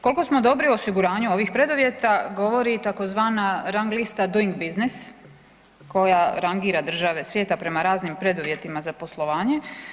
Koliko smo dobri u osiguranju ovih preduvjeta govori i tzv. rang lista Doing business koja rangira države svijeta prema raznim preduvjetima za poslovanje.